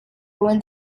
ruin